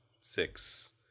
six